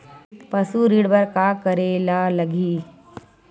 पशु ऋण बर का करे ला लगही?